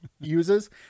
uses